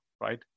right